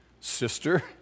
sister